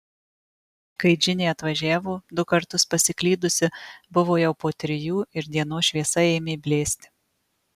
kai džinė atvažiavo du kartus pasiklydusi buvo jau po trijų ir dienos šviesa ėmė blėsti